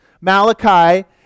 Malachi